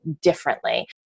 differently